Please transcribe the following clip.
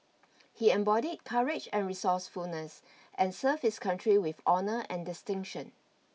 he embodied courage and resourcefulness and serves his country with honour and distinction